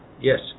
Yes